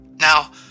Now